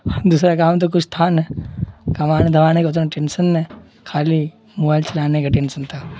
دوسرا کام تو کچھ تھا نہیں کمانے دھمانے کا اتنی ٹینشن نہیں خالی موبائل چلانے کا ٹینسن تھا